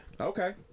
Okay